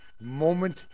moment